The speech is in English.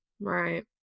Right